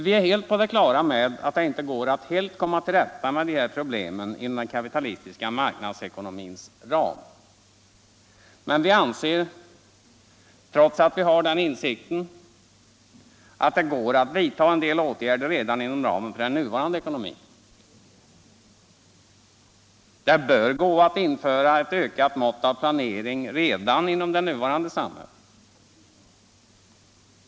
Vi är helt på det klara med att det inte går att helt komma till rätta med dessa problem inom den kapitalistiska marknadsekonomins ram. Men vi anser, trots att vi har denna insikt, att det går att vidta en del åtgärder redan inom ramen för den nuvarande ekonomin. Det bör gå att införa ett ökat mått av planering redan inom det nuvarande samhället.